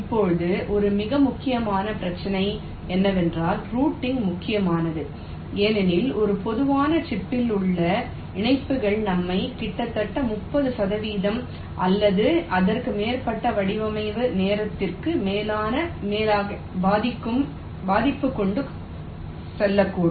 இப்போது ஒரு மிக முக்கியமான பிரச்சினை என்னவென்றால் ரூட்டிங் முக்கியமானது ஏனெனில் ஒரு பொதுவான சிப்பில் உள்ள இணைப்புகள் நம்மை கிட்டத்தட்ட 30 சதவிகிதம் அல்லது அதற்கு மேற்பட்ட வடிவமைப்பு நேரத்திற்கும் மேலான பகுதிக்கும் கொண்டு செல்லக்கூடும்